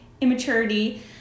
immaturity